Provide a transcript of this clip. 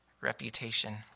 Reputation